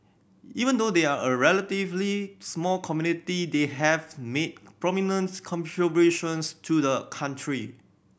even though they are a relatively small community they have made prominent contributions to the country